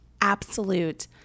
absolute